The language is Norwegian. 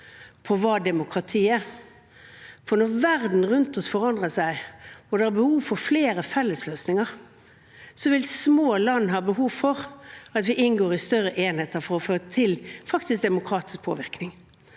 på hva demokrati er. Når verden rundt oss forandrer seg og det er behov for flere fellesløsninger, vil små land ha behov for å inngå i større enheter for å få til faktisk demokratisk påvirkning.